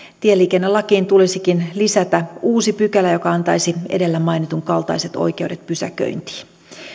tieliikennelakiin tulisikin lisätä uusi pykälä joka antaisi edellä mainitun kaltaiset oikeudet pysäköintiin